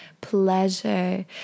pleasure